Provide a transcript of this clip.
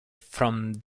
from